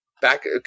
Back